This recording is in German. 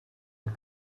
und